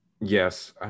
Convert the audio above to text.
Yes